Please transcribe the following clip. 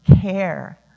care